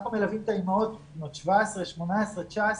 אנחנו מלווים את האימהות בנות 17, 18 ו-19